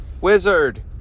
Wizard